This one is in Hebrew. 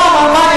למה?